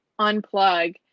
unplug